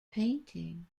painting